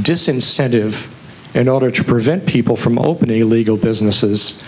disincentive in order to prevent people from opening illegal businesses